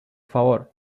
favor